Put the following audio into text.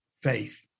faith